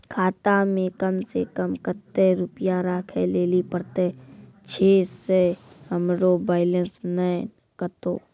खाता मे कम सें कम कत्ते रुपैया राखै लेली परतै, छै सें हमरो बैलेंस नैन कतो?